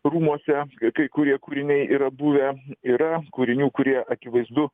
rūmuose kai kurie kūriniai yra buvę yra kūrinių kurie akivaizdu